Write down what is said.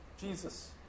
Jesus